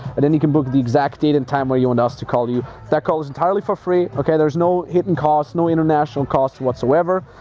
and then you can book the exact date and time where you want and us to call you, that goes entirely for free. okay, there's no hidden costs, no international costs whatsoever.